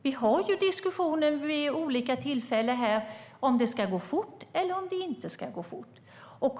Vi har ju haft diskussioner vid olika tillfällen här om det ska gå fort eller om det inte ska fort.